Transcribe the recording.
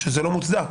שזה לא מוצדק.